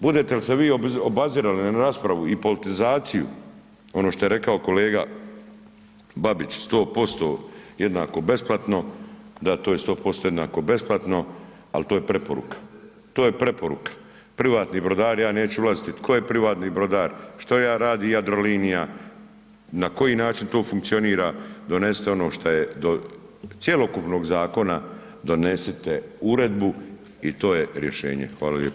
Budete li se vi obazirali na raspravu i politizaciju, ono što je rekao kolega Babić 100% jednako besplatno, da to je 100% jednako besplatno ali to je preporuka, to je preporuka, privatni brodari, ja neću ulazit tko je privatni brodar, što radi Jadrolinija, na koji način to funkcionira, donesite ono šta je do cjelokupnog zakona donesite uredbu i to je rješenje, hvala lijepo.